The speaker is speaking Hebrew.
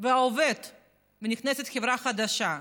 ונכנסת חברה חדשה,